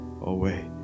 away